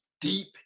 deep